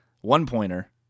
One-pointer